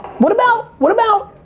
what about, what about,